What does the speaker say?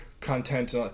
content